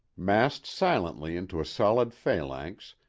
massed silently into a solid phalanx,